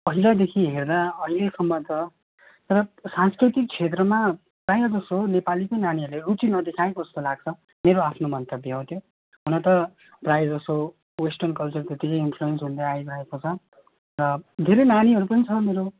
पहिलादेखि हेर्दा अहिलेसम्म त तर सांस्कृतिक क्षेत्रमा प्रायः जसो नेपालीकै नानीहरूले रुचि नदेखाएको जस्तो लाग्छ मेरो आफ्नो मन्तव्य हो त्यो हुन त प्रायः जसो वेस्टर्न कल्चर त्यतिकै इन्फ्लुएन्स हुँदै आइरहेको छ र धेरै नानीहरू पनि छ मेरो